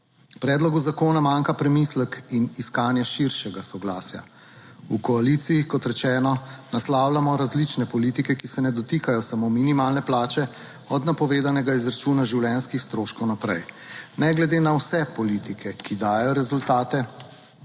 predlogu zakona manjka premislek in iskanje širšega soglasja. V koaliciji, kot rečeno, naslavljamo različne politike, ki se ne dotikajo samo minimalne plače, od napovedanega izračuna življenjskih stroškov naprej. Ne glede na vse politike, ki dajejo rezultate,